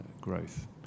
growth